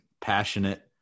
passionate